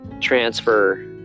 transfer